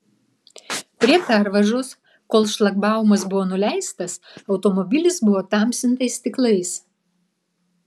prie pervažos kol šlagbaumas buvo nuleistas automobilis buvo tamsintais stiklais